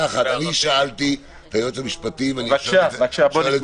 אני שאלתי את היועץ המשפטי ואני שואל את